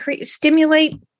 stimulate